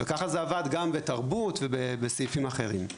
וככה זה עבד גם בתרבות ובסעיפים אחרים.